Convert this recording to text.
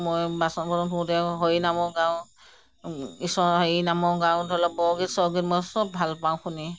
মই বাচন বৰ্তন ধুওঁতেও হৰি নামো গাওঁ ঈশ্বৰৰ হেৰি নামো গাওঁ ধৰি লওঁক বৰগীত চৰগীত মই চব ভালপাওঁ শুনি